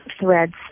threads